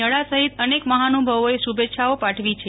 નક્રા સહિત અનેક મહાનુભાવોએ શુભેચ્છાઓ પાઠવી છે